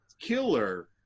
killer